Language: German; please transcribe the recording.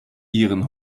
ihren